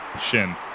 shin